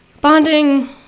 bonding